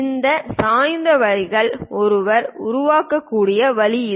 இந்த சாய்ந்த வரிகளை ஒருவர் உருவாக்கக்கூடிய வழி இது